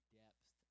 depth